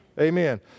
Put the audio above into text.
Amen